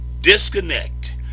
disconnect